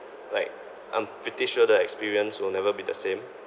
like I'm pretty sure the experience will never be the same